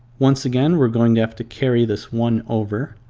once again we're going to have to carry this one over